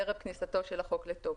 ערב כניסתו של החוק לתוקף.